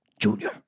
Junior